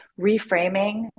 reframing